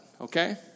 okay